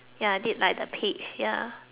ya I did like the page ya